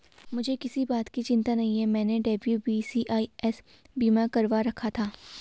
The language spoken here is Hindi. मुझे किसी बात की चिंता नहीं है, मैंने डब्ल्यू.बी.सी.आई.एस बीमा करवा रखा था